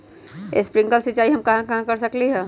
Sprinkle सिंचाई हम कहाँ कहाँ कर सकली ह?